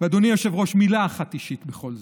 אדוני היושב-ראש, מילה אחת אישית בכל זאת.